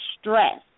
stress